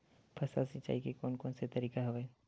फसल सिंचाई के कोन कोन से तरीका हवय?